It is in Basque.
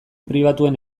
pribatuen